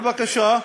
בבקשה.